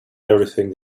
everything